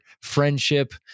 friendship